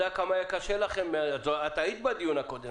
כי אני יודע כמה היה קשה לכם היית בדיון הקודם,